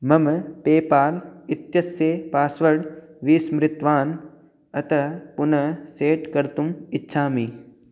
मम पेपाल् इत्यस्य पास्वर्ड् विस्मृतवान् अतः पुनः सेट् कर्तुम् इच्छामि